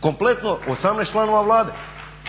kompletno 18 članova Vlade?